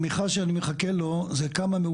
המכרז שאני מחכה לו הוא כמה אנשים